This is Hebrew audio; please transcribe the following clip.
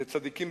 זה צדיקים,